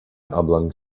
oblong